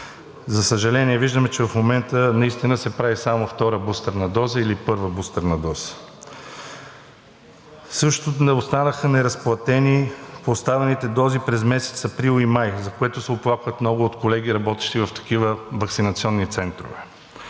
За съжаление, виждаме, че в момента наистина се прави само втора бустерна доза или първа бустерна доза. Също останаха неразплатени поставените дози през месец април и май, за което се оплакват много колеги, работещи в такива ваксинационни центрове.